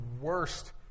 worst